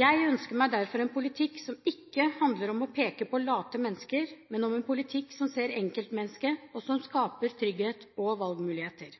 Jeg ønsker meg derfor en politikk som ikke handler om å peke på late mennesker, men som ser enkeltmennesket, og som skaper trygghet og valgmuligheter.